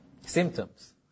symptoms